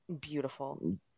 Beautiful